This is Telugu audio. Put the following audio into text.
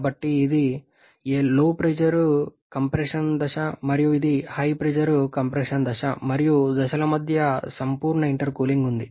కాబట్టి ఇది LP కంప్రెషన్ దశ మరియు ఇది HP కంప్రెషన్ దశ మరియు దశల మధ్య సంపూర్ణ ఇంటర్కూలింగ్ ఉంది